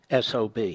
SOB